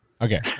Okay